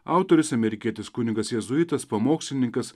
autorius amerikietis kunigas jėzuitas pamokslininkas